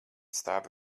stāvi